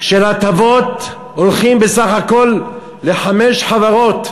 של הטבות הולכים בסך הכול לחמש חברות,